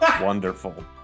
wonderful